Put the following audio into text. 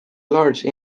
large